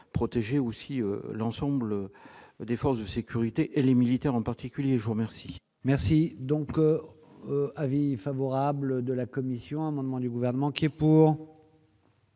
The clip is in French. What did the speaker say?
protéger aussi l'ensemble des forces de sécurité et les militaires, en particulier, je vous remercie. Merci donc avis favorable de la commission, un amendement du gouvernement qui est pour.